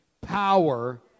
power